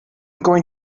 going